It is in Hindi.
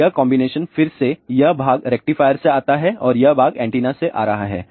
तो यह कॉन्बिनेशन फिर से यह भाग रेक्टिफायर से आता है और यह भाग एंटीना से आ रहा है